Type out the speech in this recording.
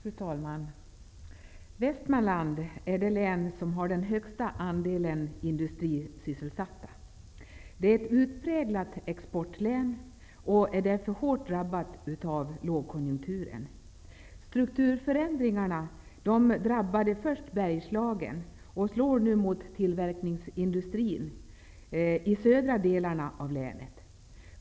Fru talman! Västmanland är det län som har den högsta andelen industrisysselsatta. Det är ett utpräglat exportlän och är därför hårt drabbat av lågkonjunkturen. Strukturförändringar drabbade först Bergslagen och slår nu mot tillverkningsindustrin i södra delarna av länet.